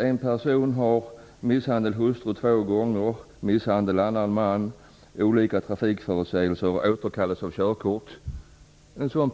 En person har misshandlat sin hustru två gånger, misshandlat en annan man, begått olika trafikförseelser och fått sitt körkort återkallat. Det finns ett annat